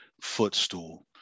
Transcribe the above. footstool